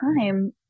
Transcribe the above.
time